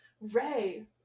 ray